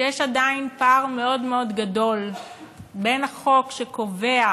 שיש עדיין פער מאוד מאוד גדול בין החוק שקובע